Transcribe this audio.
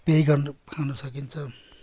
पेय गर्न खान सकिन्छ